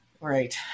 Right